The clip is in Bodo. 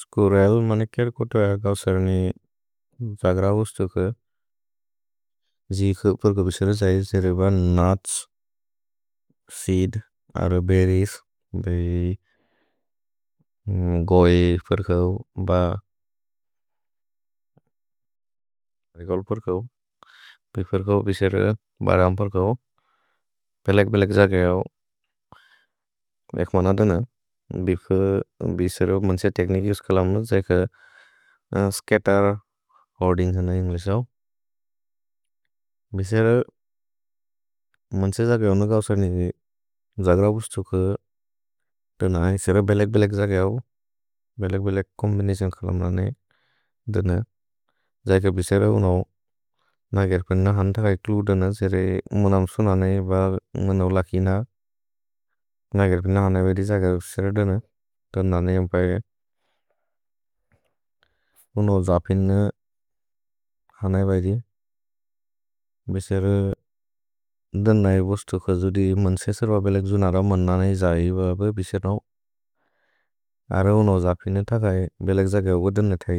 स्कुरेल् मनिकेर् कुतु अगौ सर्नि जग्रौ स्तुके। जि के फिर्कु विसरे जै जेरेब नुत्स्। सीद् अर्बेरिस् बे गोइ फिर्कु ब। रेगोल् फिर्कु बे फिर्कु विसरे ब रम् फिर्कु पेह्लेक् पेह्लेक् जग्रौ। एक्मन दन विसरे मन्से तेक्निक् जिस् कलम् न जै क स्केतर् होअर्दिन्ग् जन इन्गेसौ। विसरे मन्से जग्रौ स्तुके दन है। विसरे बेलेक् बेलेक् जग्रौ, बेलेक् बेलेक् कोम्बिनिसिओन् कलम् दन। जै क विसरे उनौ नगेर्पिन हन् थकै तुलु दन। जेरे मनम् सुन नै ब मनौ लकि न नगेर्पिन हनै बैदि, जै क विसरे दन। दन्द नेअम् प्रए, उनौ। जापिन हनै बैदि, विसरे दन नै वस्तु खजुदि मन्से सर्ब बेलेक् जुनरौ मन्न नै जाहि ब बे विसरे नौ। अर उनौ जापिन थकै। भेलेक् जग्रौ गुदन थै,